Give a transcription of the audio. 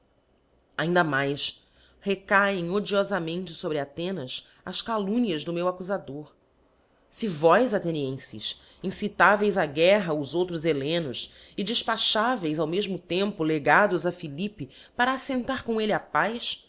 ainda mais recaem odiofamente fobre athenas as calumnias do meu acçufador se vós athenienfes incitáveis á guerra os outros hellenos e defpachaveis ao mefino tempo legados a philippe para aítentar com elle a paz